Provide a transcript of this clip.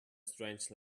strange